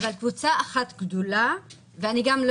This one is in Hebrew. אבל קבוצה אחת גדולה - ואני גם לא